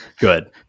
Good